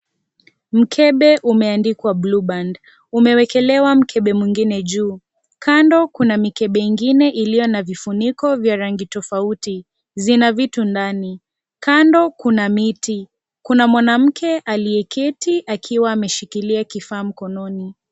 Mkebe umeandikwa Blueband. Imewekelewa mbele ingine juu. Kando kuna mikebe ingine iliyo ya vifuniko vya rangi tofauti kuna vitu ndani. Kando kuna miti. Kuna mwanamke ameketi akiwa ameshikilia kifaa mkononi.